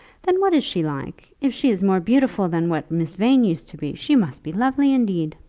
then what is she like? if she is more beautiful than what miss vane used to be, she must be lovely indeed.